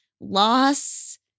loss